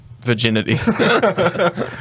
virginity